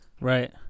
Right